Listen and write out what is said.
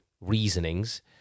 reasonings